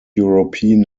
european